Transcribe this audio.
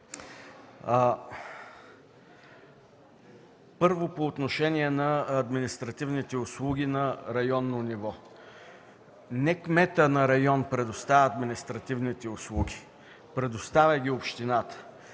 Първо, по отношение на административните услуги на районно ниво. Не кметът на район предоставя административните услуги, предоставя ги общината.